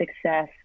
success